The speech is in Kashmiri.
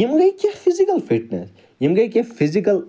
یِم گٔے کیٚنٛہہ فِزِکَل فِٹنیٚس یِم گٔے کیٚنٛہہ فِزِکَل